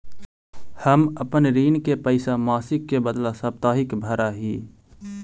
हम अपन ऋण के पैसा मासिक के बदला साप्ताहिक भरअ ही